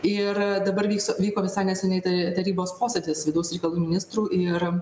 ir dabar vyksta vyko visai neseniai ta tarybos posėdis vidaus reikalų ministrų ir